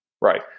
Right